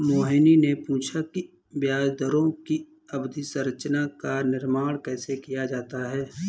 मोहिनी ने पूछा कि ब्याज दरों की अवधि संरचना का निर्माण कैसे किया जाता है?